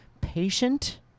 patient